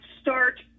start